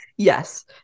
Yes